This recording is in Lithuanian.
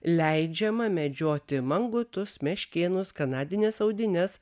leidžiama medžioti mangutus meškėnus kanadines audines